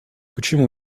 почему